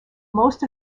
most